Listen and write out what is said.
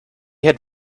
had